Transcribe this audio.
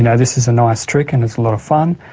and this is a nice trick and it's a lot of fun,